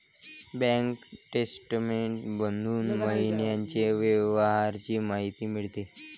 bank statement मधून महिन्याच्या व्यवहारांची माहिती मिळते